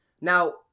Now